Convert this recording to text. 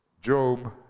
Job